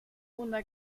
una